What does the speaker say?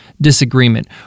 disagreement